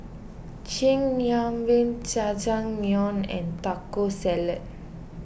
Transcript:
Chigenabe Jajangmyeon and Taco Salad